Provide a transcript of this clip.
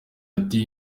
ati